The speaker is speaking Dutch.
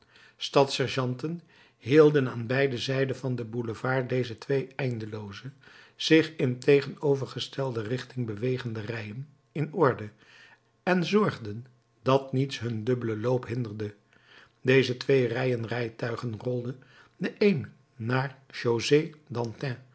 stadssergeanten hielden aan beide zijden van den boulevard deze twee eindelooze zich in tegenovergestelde richting bewegende rijen in orde en zorgden dat niets hun dubbelen loop hinderde deze twee rijen rijtuigen rolde de een naar